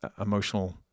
emotional